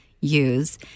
use